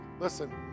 listen